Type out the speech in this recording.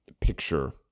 picture